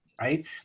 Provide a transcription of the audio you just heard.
right